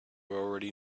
already